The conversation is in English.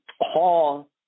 Hall